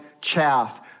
chaff